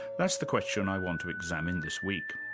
that's the question i want to examine this week.